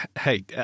hey